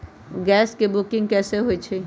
Gas के booking कैसे होईछई?